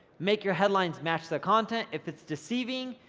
make your headlines match the content. if it's deceiving,